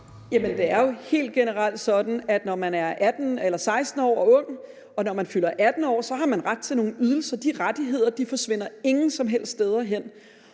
det er jo helt generelt sådan, at når man er 16 år og er ung, og når man fylder 18 år, har man ret til nogle ydelser. De rettigheder forsvinder ingen som helst steder hen.